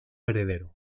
heredero